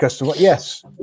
Yes